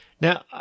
Now